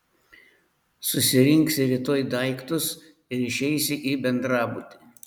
susirinksi rytoj daiktus ir išeisi į bendrabutį